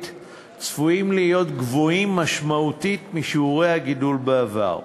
צפויים להיות גבוהים משמעותית משיעורי הגידול בעבר.